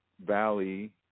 Valley